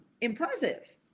impressive